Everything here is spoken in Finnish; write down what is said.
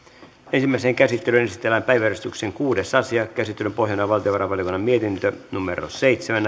ensimmäiseen käsittelyyn esitellään päiväjärjestyksen kuudes asia käsittelyn pohjana on valtiovarainvaliokunnan mietintö seitsemän